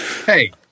hey